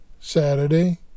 Saturday